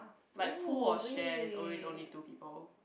like pool or share is always only two people